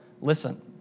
listen